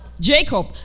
Jacob